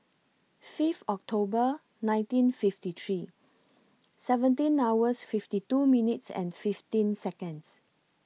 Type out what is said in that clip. Fifth October nineteen fifty three seventeen hours fifty two minutes and fifteen Seconds